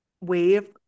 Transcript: wave